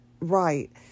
right